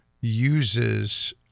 uses